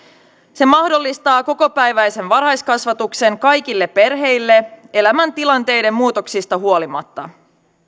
se mahdollistaa kokopäiväisen varhaiskasvatuksen kaikille perheille elämäntilanteiden muutoksista huolimatta